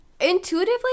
intuitively